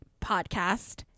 podcast